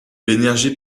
l’énergie